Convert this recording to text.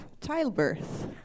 childbirth